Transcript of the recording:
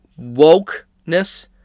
Wokeness